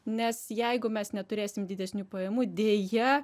nes jeigu mes neturėsim didesnių pajamų deja